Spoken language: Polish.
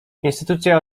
instytucja